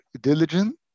diligent